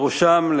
בראשם,